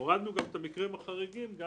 הורדנו גם את המקרים החריגים, גם